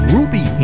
Ruby